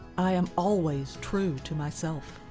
i am always true to myself.